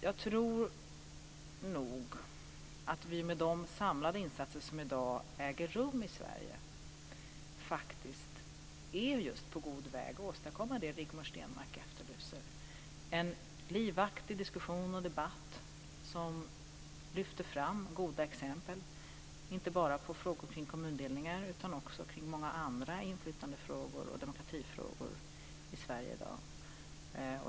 Jag tror därför att vi med de samlade insatser som i dag görs i Sverige faktiskt är på god väg att åstadkomma det som Rigmor Stenmark efterlyser, en livaktig diskussion och debatt där man lyfter fram goda exempel. Det gäller inte bara frågor kring kommundelningar, utan också många andra inflytandefrågor och demokratifrågor i Sverige i dag.